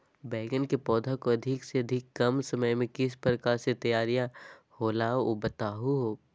बैगन के पौधा को अधिक से अधिक कम समय में किस प्रकार से तैयारियां होला औ बताबो है?